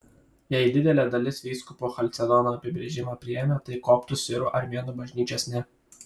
jei didelė dalis vyskupų chalcedono apibrėžimą priėmė tai koptų sirų armėnų bažnyčios ne